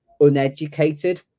uneducated